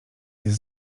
jest